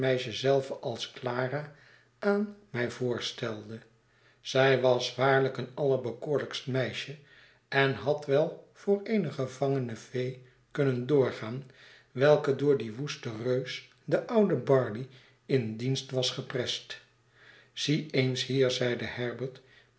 meisje zelve als clara aan mij voorstelde zij was waarlijk een allerbekoorlijkst meisje en had wel voor eene gevangene fee kunnen doorgaan welke door dien woesten reus den ouden barley in dienst was geprest zie eens hier zeide herbert